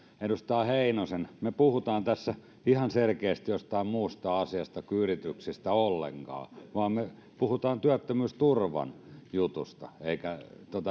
edustaja heinosta me puhumme tässä ihan selkeästi jostain muusta asiasta kuin yrityksistä ollenkaan me puhumme työttömyysturvan jutusta emmekä